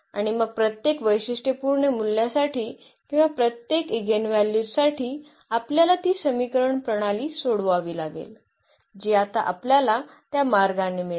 आणि मग प्रत्येक वैशिष्ट्यपूर्ण मूल्यासाठी किंवा प्रत्येक ईगेनव्हल्यूजसाठी आपल्याला ती समीकरण प्रणाली सोडवावी लागेल जी आता आपल्याला त्या मार्गाने मिळेल